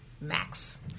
max